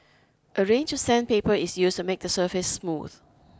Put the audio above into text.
a range of sandpaper is used to make the surface smooth